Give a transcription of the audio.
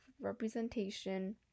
representation